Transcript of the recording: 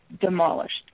demolished